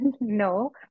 no